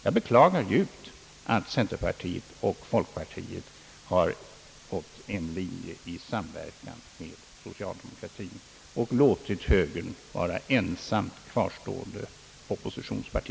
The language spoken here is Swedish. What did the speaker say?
Jag beklagar djupt att centerpartiet och folkpartiet har gått på en linje i samverkan med socialdemokratin och därmed låtit högern utgöra ensamt kvarstående oppositionsparti.